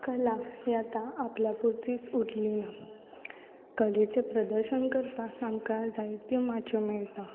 कला ही आतां आपल्या पुरतीच उरली ना कलेचें प्रदर्शन करपाक आमकां जायत्यो माच्यो मेळटा